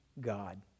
God